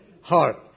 heart